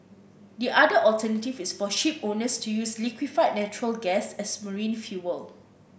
the other alternative is for shipowners to use liquefied natural gas as marine fuel